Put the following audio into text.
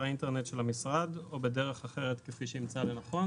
האינטרנט של המשרד או בדרך אחרת כפי שימצא לנכון."